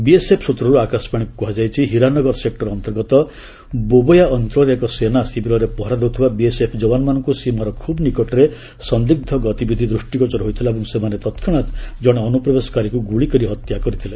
BSF ସୂତ୍ରରୁ ଆକାଶବାଣୀକୁ କୁହାଯାଇଛି ହୀରାନଗର ସେକ୍ଟର ଅନ୍ତର୍ଗତ ବୋବୋୟା ଅଞ୍ଚଳରେ ଏକ ସେନା ଶିବିରରେ ପହରା ଦେଉଥିବା ବିଏସ୍ଏଫ୍ ଯବାନମାନଙ୍କୁ ସୀମାର ଖୁବ୍ ନିକଟରେ ସନ୍ଦିଗ୍ଧ ଗତିବିଧି ଦୃଷ୍ଟିଗୋଚର ହୋଇଥିଲା ଏବଂ ସେମାନେ ତତ୍କ୍ଷଣାତ କଣେ ଅନୁପ୍ରବେଶକାରୀକୁ ଗୁଳି କରି ହତ୍ୟା କରିଛନ୍ତି